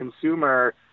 consumer